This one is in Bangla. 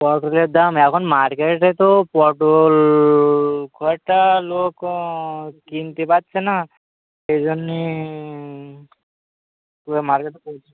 পটলের দাম এখন মার্কেটে তো পটল খুব একটা লোক কিনতে পারছে না সেই জন্যে পুরো মার্কেটে চলছে